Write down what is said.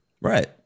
Right